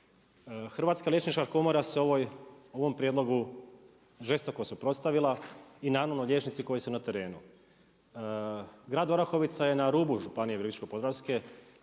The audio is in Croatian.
Hrvatska liječnička komora se o ovom prijedlogu žesto suprotstavila i nanulo liječnici koji su na terenu. Grad Orahovica je na rubu županije Virovitičke-podravske,